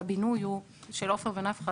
והבינוי של עופר ונפחא,